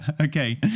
okay